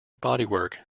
bodywork